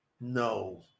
no